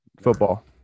Football